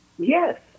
Yes